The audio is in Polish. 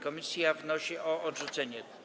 Komisja wnosi o jej odrzucenie.